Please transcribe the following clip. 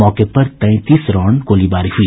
मौके पर तैंतीस राउंड गोलीबारी हुई